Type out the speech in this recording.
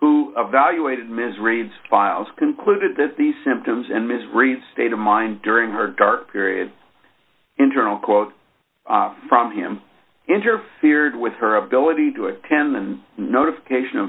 who evaluated ms reed's files concluded that the symptoms and ms reed state of mind during her dark period internal quote from him interfered with her ability to attend and notification